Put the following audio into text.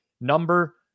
Number